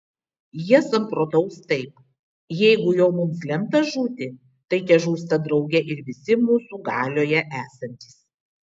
jie samprotaus taip jeigu jau mums lemta žūti tai težūsta drauge ir visi mūsų galioje esantys